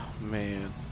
man